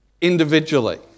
individually